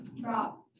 drop